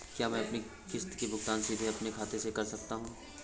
क्या मैं अपनी किश्त का भुगतान सीधे अपने खाते से कर सकता हूँ?